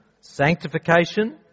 sanctification